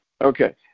Okay